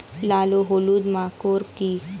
লাল ও হলুদ মাকর কী?